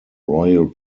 royal